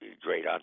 great